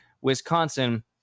wisconsin